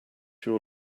your